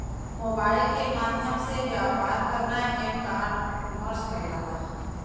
mobile के माध्यम से व्यापार करना एम कॉमर्स कहलाला